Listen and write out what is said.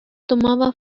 tomaba